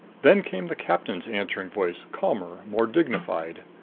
then came the captain's answering voice, calmer, more dignified.